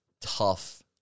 tough